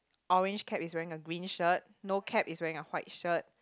orange cap is wearing a green shirt no cap is wearing a white shirt